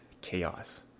chaos